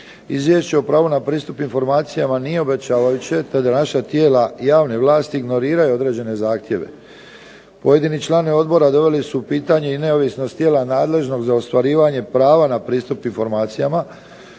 Izvješće o pravu na pristup informacijama nije obećavajuće te da naša tijela javne vlasti ignoriraju određene zahtjeve. Pojedini članovi odbora doveli su u pitanje i neovisnost tijela nadležnog za ostvarivanje prava na pristup informacijama.